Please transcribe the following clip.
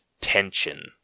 tension